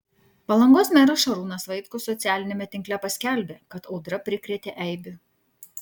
palangos meras šarūnas vaitkus socialiniame tinkle paskelbė kad audra prikrėtė eibių